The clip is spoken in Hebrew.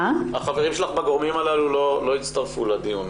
--- החברים שלנו בגורמים הללו לא הצטרפו לדיון,